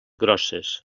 grosses